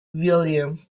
william